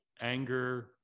anger